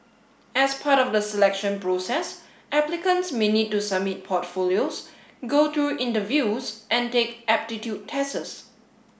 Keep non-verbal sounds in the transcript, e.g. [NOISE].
as part of the selection process applicants may need to submit portfolios go through interviews and take aptitude [UNINTELLIGIBLE]